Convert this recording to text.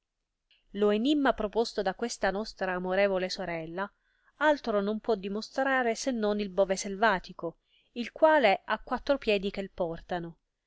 lo enimma proposto da questa nostra amorevole sorella altro non può dimostrare se non il bove salvatico il quale ha quattro piedi che portano